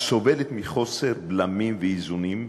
הסובלת מחוסר בלמים ואיזונים,